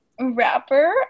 rapper